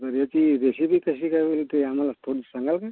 बरं याची रेसिपी कशी काय होईल ते आम्हाला थोडी सांगाल काय